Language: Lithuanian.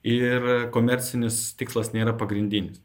ir komercinis tikslas nėra pagrindinis